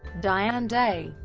diane day,